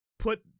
Put